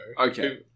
Okay